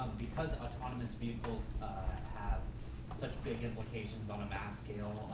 because autonomous vehicles have such big implications on a mass scale